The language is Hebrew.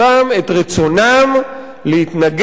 את רצונם להתנגד,